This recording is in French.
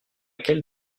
quelle